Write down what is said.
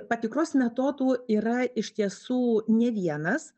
patikros metodų yra iš tiesų ne vienas